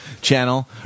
channel